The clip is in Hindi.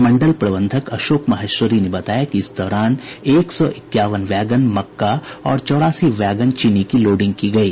मंडल प्रबंधक अशोक माहेश्वरी ने बताया कि इस दौरान एक सौ इक्यावन वैगन मक्का और चौरासी वैगन चीनी की लोडिंग की गयी